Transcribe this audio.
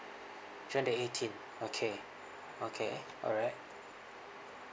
three hundred eighteen okay okay alright